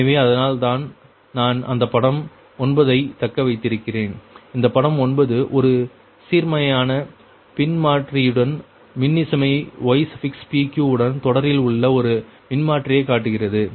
எனவே அதனால் தான் நான் அந்த படம் 9 ஐ தக்கவைத்திருந்தேன் இந்த படம் 9 ஒரு சீர்மையான மின்மாற்றியுடன் மின்னிசைமை ypq உடன் தொடரில் உள்ள ஒரு மின்மாற்றியைக் காட்டுகிறது